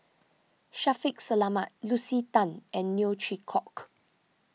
Shaffiq Selamat Lucy Tan and Neo Chwee Kok